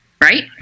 right